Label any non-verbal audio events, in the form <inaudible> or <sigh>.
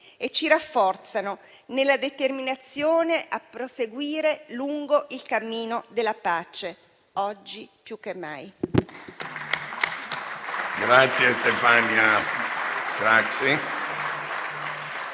e ci rafforzano nella determinazione a proseguire lungo il cammino della pace, oggi più che mai. <applause>